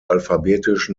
alphabetisch